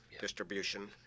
distribution